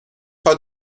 pas